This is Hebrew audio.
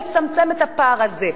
לצמצם את הפער הזה,